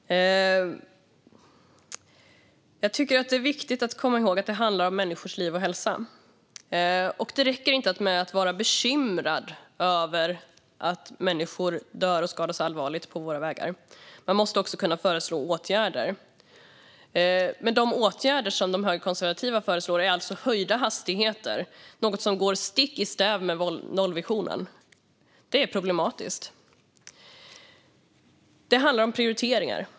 Fru talman! Jag tycker att det är viktigt att komma ihåg att det handlar om människors liv och hälsa. Det räcker inte att vara bekymrad över att människor dör och skadas allvarligt på våra vägar. Man måste också kunna föreslå åtgärder. Men de åtgärder som de högerkonservativa föreslår är alltså höjda hastigheter - något som går stick i stäv med nollvisionen. Det är problematiskt. Det handlar om prioriteringar.